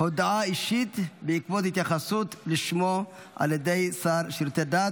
הודעה אישית בעקבות התייחסות לשמו על ידי השר לשירותי דת.